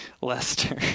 Lester